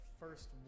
first